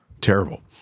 terrible